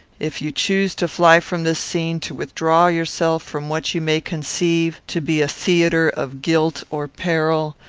if you choose to fly from this scene, to withdraw yourself from what you may conceive to be a theatre of guilt or peril,